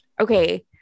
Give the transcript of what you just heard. okay